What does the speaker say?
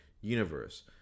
universe